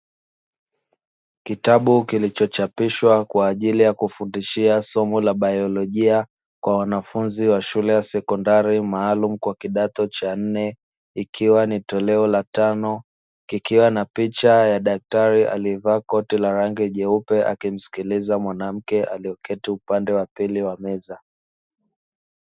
Kitabu kilichochapishwa kwa ajili ya kufundishia somo la baiolojia kwa wanafunzi wa shule ya sekondari maalumu kwa kidato cha nne ikiwa ni toleo la tano, kikiwa na picha ya daktari aliyevaa koti la rangi jeupe akimsikiliza mwanamke aliyeketi upande wa pili wa meza.